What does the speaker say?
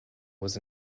was